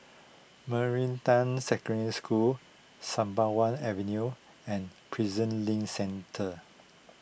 Meridian Secondary School Sembawang Avenue and Prison Link Centre